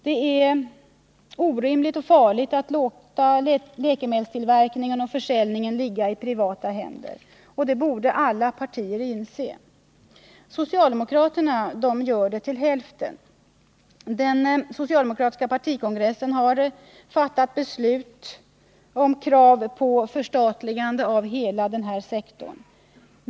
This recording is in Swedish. Det är orimligt och farligt att låta tillverkningen och försäljningen av läkemedel ligga i privata händer. Det borde alla partier inse. Socialdemokraterna gör det till hälften. Den socialdemokratiska partikongressen har fattat beslut om krav på förstatligande av hela denna sektor.